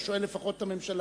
או שואל לפחות את הממשלה.